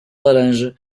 laranja